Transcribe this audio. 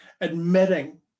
admitting